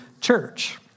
church